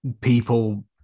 people